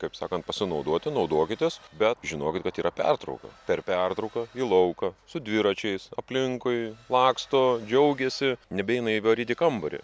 kaip sakant pasinaudoti naudokitės bet žinokit kad yra pertrauka per pertrauką į lauką su dviračiais aplinkui laksto džiaugiasi nebeina įvaryt į kambarį